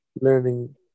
learning